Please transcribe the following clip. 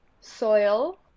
soil